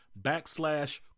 backslash